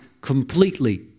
completely